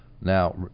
Now